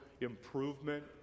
improvement